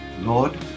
Lord